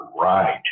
right